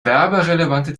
werberelevante